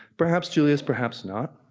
perhaps julius, perhaps not,